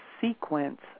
sequence